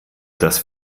das